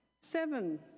Seven